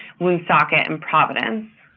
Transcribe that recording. woonsocket, and providence.